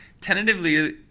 tentatively